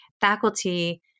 faculty